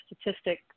statistic